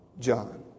John